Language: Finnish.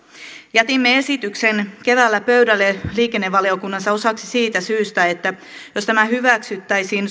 jätimme esityksen keväällä pöydälle liikennevaliokunnassa osaksi siitä syystä että jos tämä hyväksyttäisiin